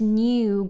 new